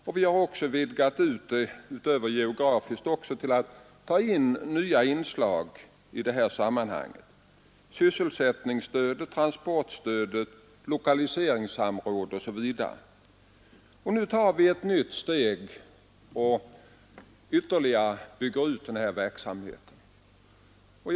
Detta gäller inte bara geografiskt utan också genom nya inslag som sysselsättningsstödet, transportstödet, lokaliseringssamråd osv. Nu tar vi ett nytt steg där vi ytterligare bygger ut denna verksamhet.